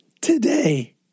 today